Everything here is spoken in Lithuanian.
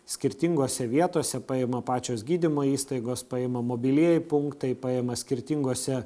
skirtingose vietose paima pačios gydymo įstaigos paima mobilieji punktai paima skirtinguose